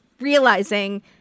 realizing